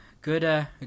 good